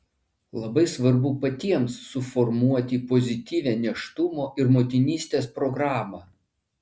labai svarbu patiems suformuoti pozityvią nėštumo ir motinystės programą